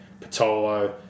Patolo